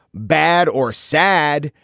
bad or sad.